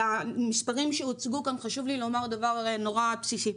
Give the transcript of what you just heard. למספרים שהוצגו כאן חשוב לי לומר דבר נורא בסיסי.